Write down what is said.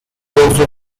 włosów